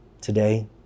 today